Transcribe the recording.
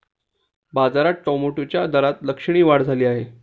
बाजारात टोमॅटोच्या दरात लक्षणीय वाढ झाली आहे